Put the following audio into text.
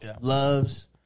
Loves